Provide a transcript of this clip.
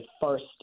first